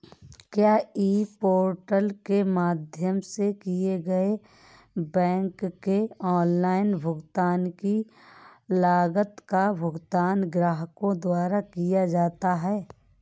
क्या e portal के माध्यम से किए गए बैंक के ऑनलाइन भुगतान की लागत का भुगतान ग्राहकों द्वारा किया जाता है?